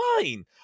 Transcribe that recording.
fine